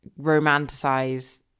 romanticize